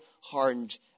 hardened